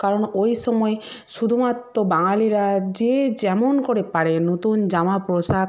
কারণ ওই সময় শুধুমাত্র বাঙালিরা যে যেমন করে পারে নতুন জামা পোশাক